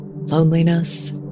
loneliness